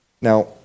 Now